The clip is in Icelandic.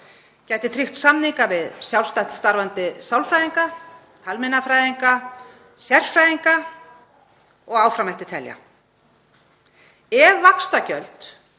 gætu tryggt samninga við sjálfstætt starfandi sálfræðinga, talmeinafræðinga, sérfræðinga og áfram mætti telja. Ef vaxtagjöld